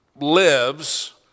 lives